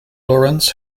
lorenz